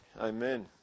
Amen